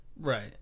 Right